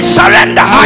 surrender